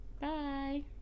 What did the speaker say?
Bye